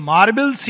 Marble